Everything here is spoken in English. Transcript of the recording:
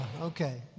Okay